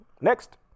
Next